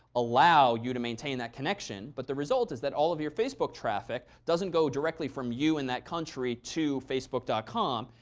allow you to maintain that connection. but the result is that all of your facebook traffic doesn't go directly from you in that country to facebook com.